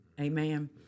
Amen